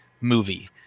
movie